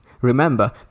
Remember